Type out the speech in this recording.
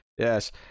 Yes